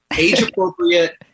Age-appropriate